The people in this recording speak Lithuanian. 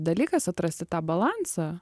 dalykas atrasti tą balansą